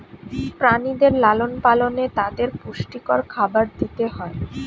প্রাণীদের লালন পালনে তাদের পুষ্টিকর খাবার দিতে হয়